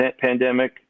pandemic